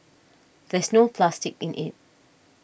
there's no plastic in it